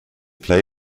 play